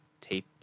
tape